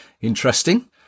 Interesting